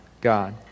God